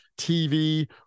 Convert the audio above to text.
TV